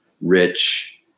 rich